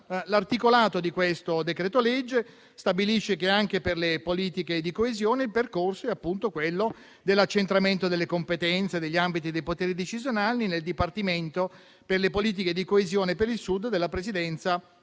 L'articolato di questo decreto-legge stabilisce che, anche per le politiche di coesione, il percorso è appunto quello dell'accentramento delle competenze e degli ambiti dei poteri decisionali nel Dipartimento per le politiche di coesione per il Sud della Presidenza